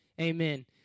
Amen